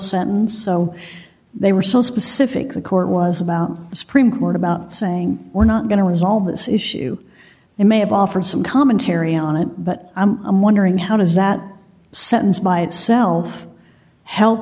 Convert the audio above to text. sentence so they were so specific the court was about the supreme court about saying we're not going to resolve this issue it may have offered some commentary on it but i'm wondering how does that sentence by itself he